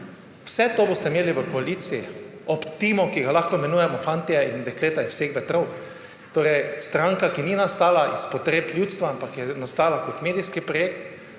Vse to boste imeli v koaliciji ob timu, ki ga lahko imenujemo fantje in dekleta iz vseh vetrov. Torej stranka, ki ni nastala iz potreb ljudstva, ampak je nastala kot medijski projekt,